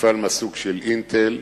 מפעל מהסוג של "אינטל",